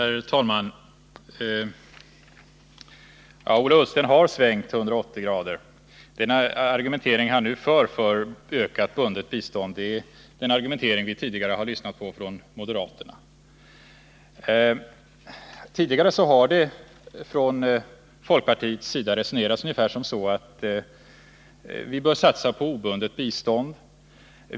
Herr talman! Ola Ullsten har svängt 180 grader. Den argumentering för ökat bundet bistånd som han nu för är den argumentering som vi tidigare har lyssnat på från moderaterna. Tidigare har det från folkpartiets sida resonerats ungefär så här: Vi bör satsa på obundet bistånd.